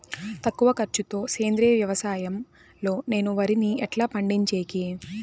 తక్కువ ఖర్చు తో సేంద్రియ వ్యవసాయం లో నేను వరిని ఎట్లా పండించేకి?